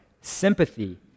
sympathy